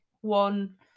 one